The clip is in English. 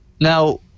Now